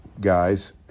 guys